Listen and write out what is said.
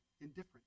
indifference